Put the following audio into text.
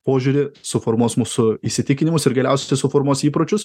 požiūrį suformuos mūsų įsitikinimus ir galiausiai suformuos įpročius